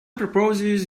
proposes